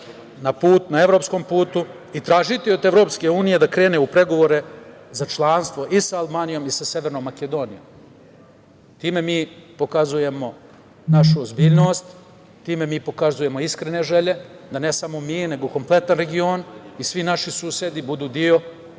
na evropskom putu i tražiti od EU da krene u pregovore za članstvo i sa Albanijom i sa Severnom Makedonijom. Time mi pokazujemo našu ozbiljnost, time mi pokazujemo iskrene želje da ne samo mi, nego kompletan region i svi naši susedi budu deo